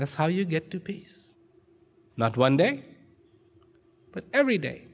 that's how you get to peace not one day but every day